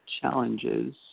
Challenges